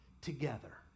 Together